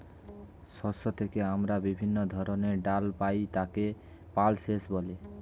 শস্য থেকে আমরা যে বিভিন্ন ধরনের ডাল পাই তাকে পালসেস বলে